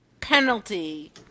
penalty